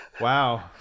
Wow